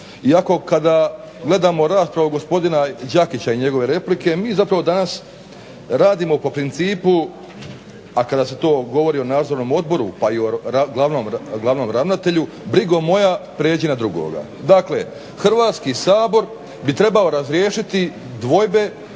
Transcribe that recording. iako kada gledamo raspravu gospodina Đakića i njegove replike mi zapravo danas radimo po principu, a kada se govori o Nadzornom odboru pa i o glavnom ravnatelju brigo moja pređi na drugoga. Dakle, Hrvatski sabor bi trebao razriješiti dvojbe